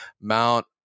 Mount